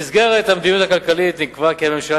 במסגרת המדיניות הכלכלית נקבע כי הממשלה